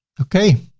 okay.